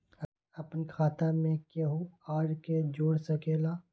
अपन खाता मे केहु आर के जोड़ सके ला?